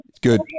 good